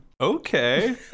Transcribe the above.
okay